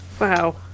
Wow